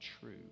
true